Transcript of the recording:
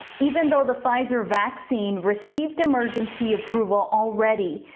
even though the pfizer vaccine received emergency approval all ready.